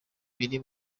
biri